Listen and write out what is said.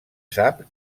sap